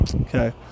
Okay